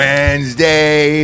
Wednesday